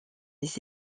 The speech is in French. les